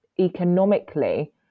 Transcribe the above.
economically